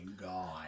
god